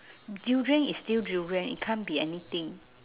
durian is still durian it can't be anything